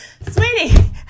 Sweetie